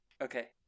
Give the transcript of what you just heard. Okay